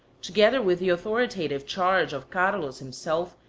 together with the authoritative charge of carlos himself,